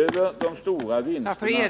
över dessa stora vinster.